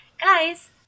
Guys